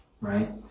Right